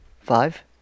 Five